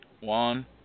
One